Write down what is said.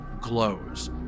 glows